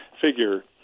figure